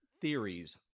theories